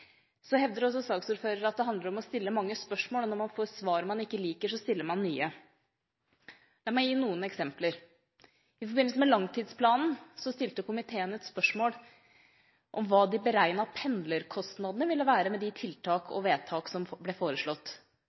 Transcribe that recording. Så hevder altså saksordføreren at det handler om å stille mange spørsmål, og at når man får svar man ikke liker, så stiller man nye. La meg gi noen eksempler. I forbindelse med langtidsplanen stilte komiteen et spørsmål om hva de beregnede pendlerkostnadene ville være med de tiltak og vedtak som ble foreslått.